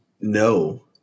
No